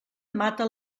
mata